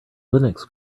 linux